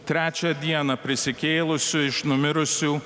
trečią dieną prisikėlusiu iš numirusių